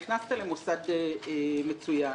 נכנסת למוסד מצוין.